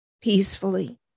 peacefully